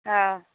ହଁ